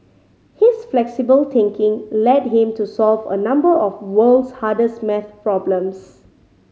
his flexible thinking led him to solve a number of the world's hardest maths problems